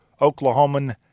Oklahoman